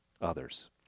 others